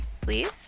please